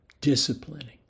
disciplining